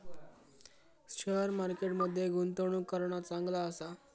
share market मध्ये गुंतवणूक करणा चांगला आसा